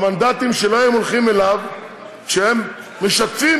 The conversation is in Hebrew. המנדטים שלהם הולכים אליו כשהם משתפים